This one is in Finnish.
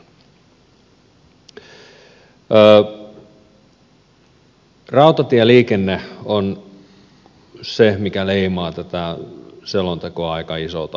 rautatieliikenne on se mikä leimaa tätä selontekoa aika isolta osaltaan